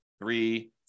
three